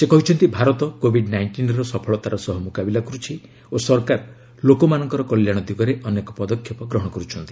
ସେ କହିଛନ୍ତି ଭାରତ କୋଭିଡ୍ ନାଇଷ୍ଟିନ୍ର ସଫଳତାର ସହ ମୁକାବିଲା କରୁଛି ଓ ସରକାର ଲୋକମାନଙ୍କ କଲ୍ୟାଣ ଦିଗରେ ଅନେକ ପଦକ୍ଷେପ ଗ୍ରହଣ କରୁଛନ୍ତି